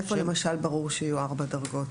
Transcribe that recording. איפה, למשל, ברור שיהיו ארבע דרגות?